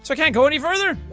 so can't go any further?